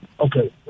Okay